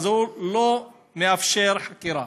הוא לא מאפשר חקירה.